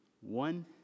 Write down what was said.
one